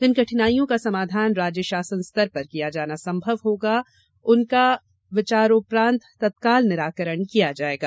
जिन कठिनाइयों का समाधान राज्य शासन स्तर पर किया जाना संभव होगा उनका विचारोपरांत तत्काल निराकरण किया जायेगा